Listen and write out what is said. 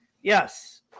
Yes